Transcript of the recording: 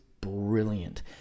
brilliant